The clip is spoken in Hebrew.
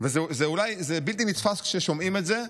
זה בלתי נתפס כששומעים את זה,